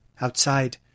Outside